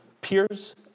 peers